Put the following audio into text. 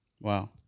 Wow